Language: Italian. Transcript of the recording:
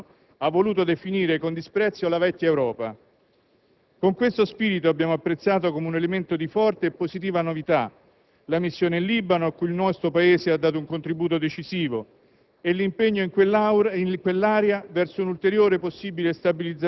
nuove parole, nuove istanze avanzano sullo scenario di quella che qualcuno ha voluto definire con disprezzo la vecchia Europa. Con questo spirito abbiamo apprezzato come un elemento di forte e positiva novità la missione in Libano, a cui il nostro Paese ha dato un contributo decisivo,